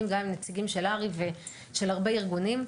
גם עם נציגים של הר"י ושל הרבה ארגונים.